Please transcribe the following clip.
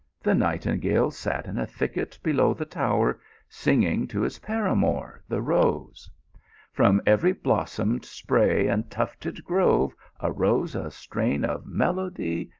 the nightingale sat in a thicket below the tower singing to his paramour, the rose from every blossomed spray and tufted grove arose a strain of melody,